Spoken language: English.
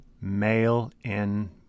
mail-in